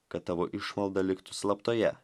kad tavo išmalda liktų slaptoje